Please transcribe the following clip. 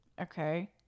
Okay